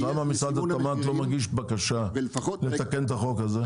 למה משרד התמ"ת לא מגיש בקשה לתקן את החוק הזה?